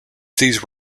these